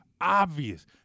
Obvious